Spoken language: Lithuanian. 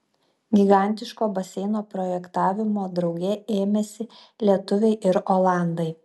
gigantiško baseino projektavimo drauge ėmėsi lietuviai ir olandai